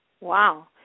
Wow